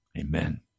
Amen